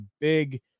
big